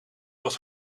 was